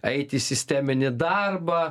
eiti į sisteminį darbą